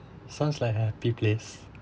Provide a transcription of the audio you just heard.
sounds like happy place